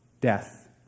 death